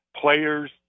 Players